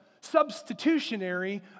substitutionary